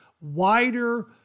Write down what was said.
wider